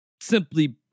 Simply